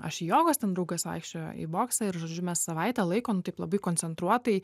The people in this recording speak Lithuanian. aš į jogos ten draugas vaikščiojo į boksą ir žodžiu mes savaitę laiko taip labai koncentruotai